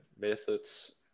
methods